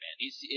hes